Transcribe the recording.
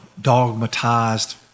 dogmatized